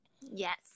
yes